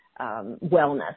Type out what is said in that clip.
wellness